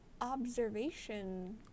observation